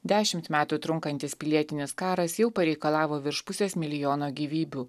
dešimt metų trunkantis pilietinis karas jau pareikalavo virš pusės milijono gyvybių